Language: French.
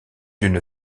d’une